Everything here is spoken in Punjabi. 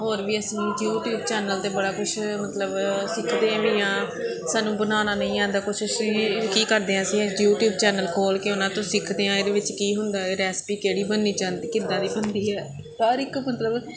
ਹੋਰ ਵੀ ਅਸੀਂ ਯੂਟੀਊਬ ਚੈਨਲ 'ਤੇ ਬੜਾ ਕੁਛ ਮਤਲਬ ਸਿੱਖਦੇ ਵੀ ਹਾਂ ਸਾਨੂੰ ਬਣਾਉਣਾ ਨਹੀਂ ਆਉਂਦਾ ਕੁਛ ਅਸੀਂ ਕੀ ਕਰਦੇ ਹਾਂ ਅਸੀਂ ਯੂਟੀਊਬ ਚੈਨਲ ਖੋਲ੍ਹ ਕੇ ਉਹਨਾਂ ਤੋਂ ਸਿੱਖਦੇ ਹਾਂ ਇਹਦੇ ਵਿੱਚ ਕੀ ਹੁੰਦਾ ਰੈਸਪੀ ਕਿਹੜੀ ਬਣਨੀ ਚਾਹੁੰਦੀ ਕਿੱਦਾਂ ਦੀ ਬਣਦੀ ਹੈ ਹਰ ਇੱਕ ਮਤਲਬ